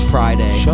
Friday